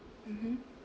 mmhmm